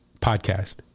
podcast